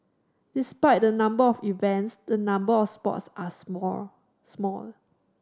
despite the number of events the number of sports are small small